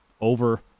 over